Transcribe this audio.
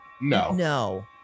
no